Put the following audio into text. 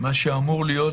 מה שאמור להיות